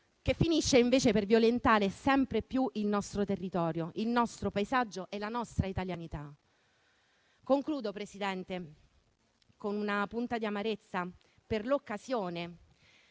che finisce invece per violentare sempre più il nostro territorio, il nostro paesaggio e la nostra italianità. Concludo, Presidente, con una punta di amarezza per l'occasione